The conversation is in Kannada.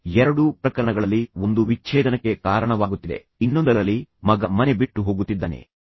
ಈಗ ಎರಡೂ ಪ್ರಕರಣಗಳಲ್ಲಿ ಒಂದು ವಿಚ್ಛೇದನಕ್ಕೆ ಕಾರಣವಾಗುತ್ತಿದೆ ಇನ್ನೊಂದರಲ್ಲಿ ಮಗ ಮನೆ ಬಿಟ್ಟು ಹೋಗುತ್ತಿದ್ದಾನೆ